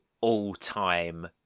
all-time